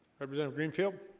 represented greenfield